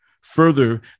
Further